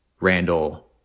Randall